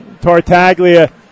Tartaglia